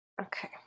okay